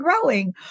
growing